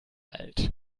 alt